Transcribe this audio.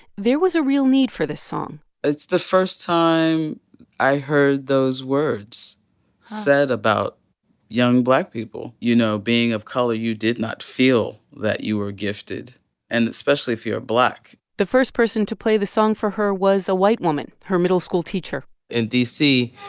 there was a real need for this song it's the first time i heard those words said about young black people. you know, being of color, you did not feel that you were gifted and especially if you were black the first person to play the song for her was a white woman her middle school teacher in d c,